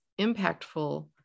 impactful